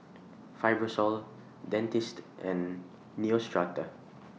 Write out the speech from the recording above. Fibrosol Dentiste and Neostrata